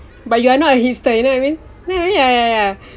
but you are not a hipster you know what I mean um ya ya ya